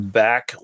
back